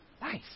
Nice